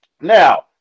now